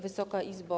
Wysoka Izbo!